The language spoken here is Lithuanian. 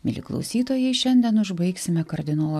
mieli klausytojai šiandien užbaigsime kardinolo